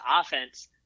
offense